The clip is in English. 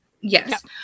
Yes